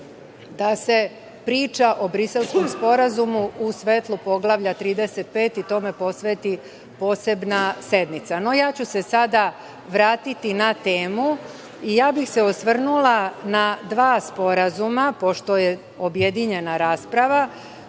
da se priča o Briselskom sporazumu u svetlu Poglavlja 35 i tome posveti posebna sednica. Sada ću se vratiti na temu. Osvrnula bih se na dva sporazuma, pošto je objedinjena rasprava,